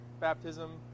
Baptism